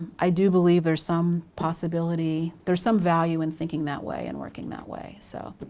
i do believe there's some possibility, there's some value in thinking that way and working that way, so.